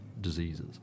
diseases